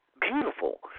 beautiful